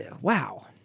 Wow